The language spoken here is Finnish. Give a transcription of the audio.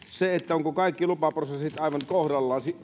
ovatko sitten kaikki lupaprosessit aivan kohdallaan niin